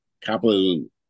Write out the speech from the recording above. capitalism